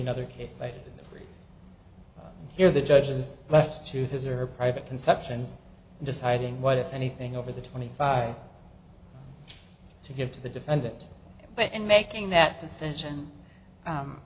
another case i hear the judge is left to his or her private conceptions deciding what if anything over the twenty five to give to the defendant but in making that decision